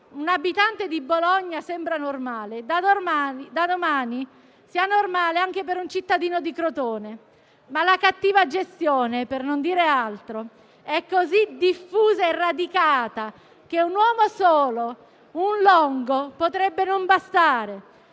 un abitante di Bologna sembra normale da domani sia normale anche per un cittadino di Crotone. La cattiva gestione - per non dire altro - è però così diffusa e radicata che un uomo solo, un Longo, potrebbe non bastare.